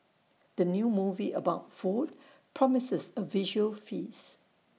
the new movie about food promises A visual feast